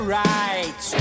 right